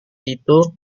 itu